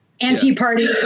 anti-party